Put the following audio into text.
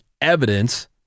evidence